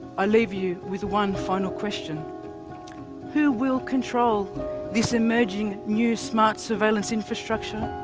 i leave you with one final question who will control this emerging new smart surveillance infrastructure?